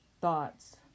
thoughts